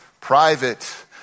Private